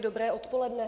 Dobré odpoledne.